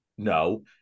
no